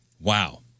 Wow